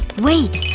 wait.